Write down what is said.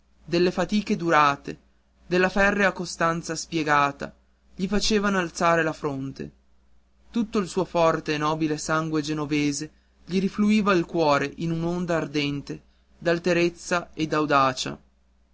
delle fatiche durate della ferrea costanza spiegata gli facea alzare la fronte tutto il suo forte e nobile sangue genovese gli rifluiva al cuore in un'onda ardente d'alterezza e